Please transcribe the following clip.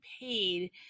paid